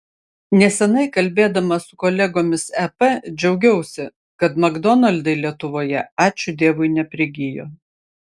neseniai kalbėdama su kolegomis ep džiaugiausi kad makdonaldai lietuvoje ačiū dievui neprigijo